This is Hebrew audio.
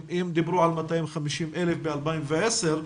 אם דיברו על 250,000 בשנת 2010,